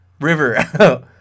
River